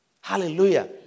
Hallelujah